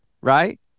right